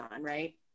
Right